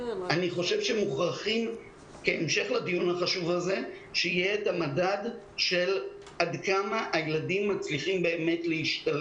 אולי כדאי שתצא מפה קריאה לכל הרשויות המקומיות לא להוציא